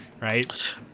Right